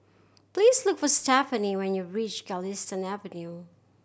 please look for Stefanie when you reach Galistan Avenue